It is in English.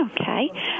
Okay